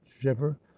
shiver